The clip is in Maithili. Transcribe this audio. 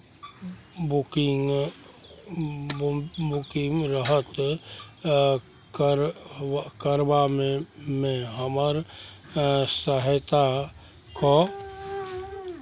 बुकिंग बु बुकिंग रद्द कर करवामे हमर सहायता कऽ